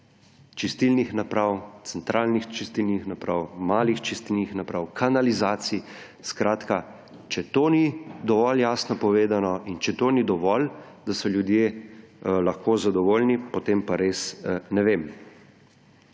čistilnih naprav, centralnih čistilnih naprav, malih čistilnih naprav, kanalizacij. Skratka, če to ni dovolj jasno povedano in če to ni dovolj, da so ljudje lahko zadovoljni, potem pa res ne vem.